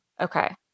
Okay